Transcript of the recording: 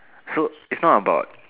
so it's not about